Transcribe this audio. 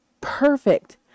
perfect